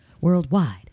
Worldwide